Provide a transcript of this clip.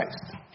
Christ